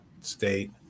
state